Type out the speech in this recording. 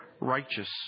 righteous